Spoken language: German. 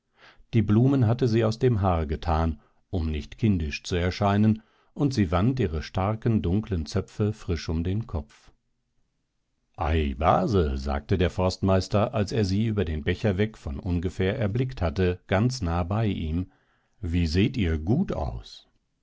die blumen hatte sie aus dem haar getan um nicht kindisch zu erscheinen und sie wand ihre starken dunklen zöpfe frisch um den kopf ei base sagte der forstmeister als er sie über den becher weg von ungefähr erblickt hatte ganz nah bei ihm wie seht ihr gut aus